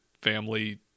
family